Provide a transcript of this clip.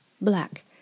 black